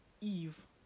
Eve